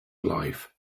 life